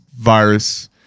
Virus